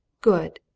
good!